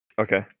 Okay